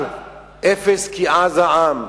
אבל "אפס כי עז העם",